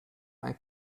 ein